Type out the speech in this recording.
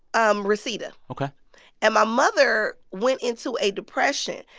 um reseda ok and my mother went into a depression.